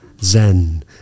Zen